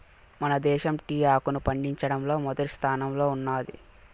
మన దేశం టీ ఆకును పండించడంలో మొదటి స్థానంలో ఉన్నాది